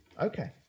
Okay